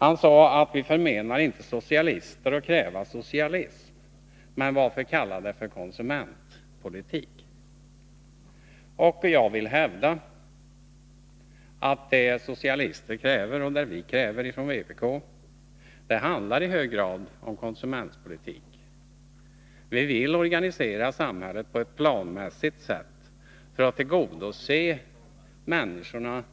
Han sade: ”Vi förmenar inte socialister att kräva socialism, men varför kalla det konsumentpolitik.” Jag vill hävda att det socialister kräver, och det som vi från vpk kräver, i hög grad handlar om konsumentpolitik. Vi vill organisera samhället på ett planmässigt sätt för att tillgodose människors